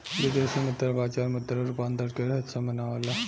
विदेशी मुद्रा बाजार मुद्रा रूपांतरण के सक्षम बनावेला